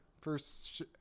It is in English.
first